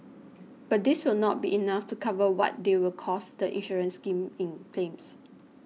but this will not be enough to cover what they will cost the insurance scheme in claims